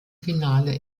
finale